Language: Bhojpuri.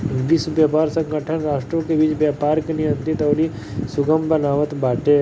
विश्व व्यापार संगठन राष्ट्रों के बीच व्यापार के नियंत्रित अउरी सुगम बनावत बाटे